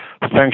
thanks